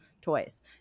toys